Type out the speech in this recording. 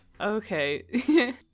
Okay